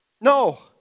No